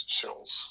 chills